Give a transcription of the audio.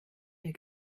der